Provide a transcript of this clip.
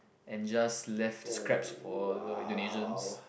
and just left scraps for the Indonesians